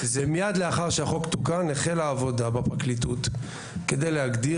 זה מיד לאחר שהחוק תוקן החלה העבודה בפרקליטות כדי להגדיר